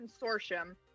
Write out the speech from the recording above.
consortium